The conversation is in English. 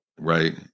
Right